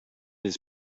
his